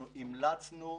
המלצותינו: